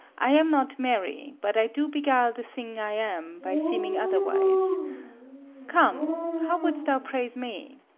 i am not merry but i do beguile the thing i am, by seeming otherwise come, how wouldst thou praise me?